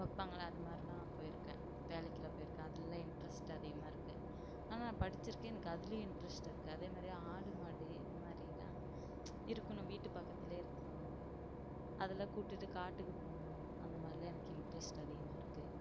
வைப்பாங்கள அதுமாரிலாம் போயிருக்கேன் வேலைக்கெல்லாம் போயிருக்கேன் அதுலலாம் இன்ட்ரஸ்ட் அதிகமாக இருக்குது ஆனா படித்திருக்கேன் எனக்கு அதுலேயும் இன்ட்ரஸ்ட் இருக்குது அதேமாதிரி ஆடு மாடு இதுமாதிரிலாம் இருக்கணும் வீட்டுப் பக்கத்தில் இருக்கணும் அதலாம் கூட்டிட்டு காட்டுக்கு போகணும் அந்தமாரிலாம் எனக்கு இன்ட்ரஸ்ட் அதிகமாக இருக்குது